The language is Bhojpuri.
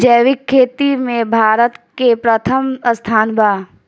जैविक खेती में भारत के प्रथम स्थान बा